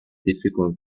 difficult